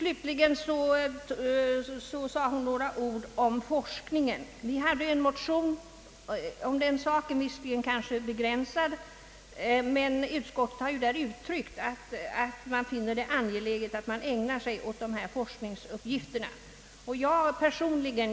Slutligen sade fröken Mattson några ord om forskningen. Vi hade en motion om den saken, visserligen kanske begränsad, men utskottet har uttryckt att man finner det angeläget att uppmärksamhet ägnas åt dessa forskningsuppgifter.